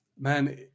man